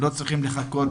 לא צריך לחכות,